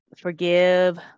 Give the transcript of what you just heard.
forgive